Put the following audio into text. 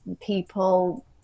people